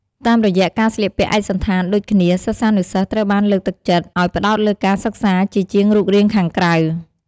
តាមរយៈការស្លៀកពាក់ឯកសណ្ឋានដូចគ្នា សិស្សានុសិស្សត្រូវបានលើកទឹកចិត្តឱ្យផ្តោតលើការសិក្សាជាជាងរូបរាងខាងក្រៅ។